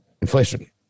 inflation